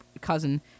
cousin